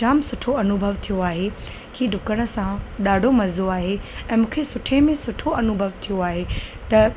जाम सुठो अनुभव थियो आहे की डुकण सां ॾाढो मज़ो आहे ऐं मूंखे सुठे में सुठो अनुभव थियो आहे त